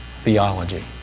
Theology